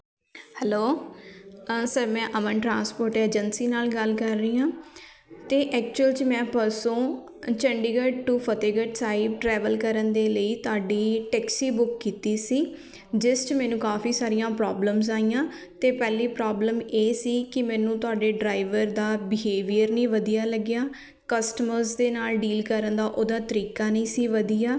hello sir ਮੈਂ Aman transport agency ਨਾਲ ਗੱਲ ਕਰੀ ਰਹੀ ਹਾਂ ਅਤੇ ਐਕਚੂਅਲ 'ਚ ਮੈਂ ਪਰਸੋਂ ਚੰਡੀਗੜ੍ਹ ਟੂ ਫਤਿਹਗੜ੍ਹ ਸਾਹਿਬ ਟਰੈਵਲ ਕਰਨ ਦੇ ਲਈ ਤੁਹਾਡੀ ਟੈਕਸੀ ਬੁੱਕ ਕੀਤੀ ਸੀ ਜਿਸ 'ਚ ਮੈਨੂੰ ਕਾਫੀ ਸਾਰੀਆਂ ਪ੍ਰੋਬਲਮਸ ਆਈਆਂ ਅਤੇ ਪਹਿਲੀ ਪ੍ਰੋਬਲਮ ਇਹ ਸੀ ਕਿ ਮੈਨੂੰ ਤੁਹਾਡੇ ਡਰਾਈਵਰ ਦਾ ਬਿਹੇਵੀਅਰ ਨਹੀਂ ਵਧੀਆ ਲੱਗਿਆ ਕਸਟਮਰਸ ਦੇ ਨਾਲ ਡੀਲ ਕਰਨ ਦਾ ਉਹਦਾ ਤਰੀਕਾ ਨਹੀਂ ਸੀ ਵਧੀਆ